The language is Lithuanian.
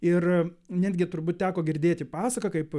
ir netgi turbūt teko girdėti pasaką kaip